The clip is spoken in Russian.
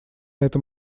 этом